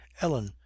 Ellen